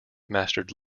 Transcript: mastered